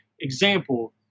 example